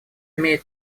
имеет